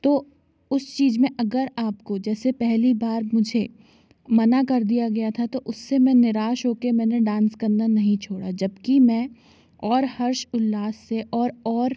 तो उस चीज़ में अगर आपको जैसे पहली बार मुझे मना कर दिया गया था तो उससे मैं निराश हो कर मैंने डांस करना नहीं छोड़ा जब कि मैं और हर्ष उल्लास से और और